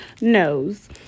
knows